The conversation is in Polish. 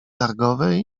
targowej